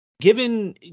given